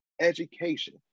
education